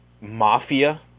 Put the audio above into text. Mafia